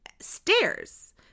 stairs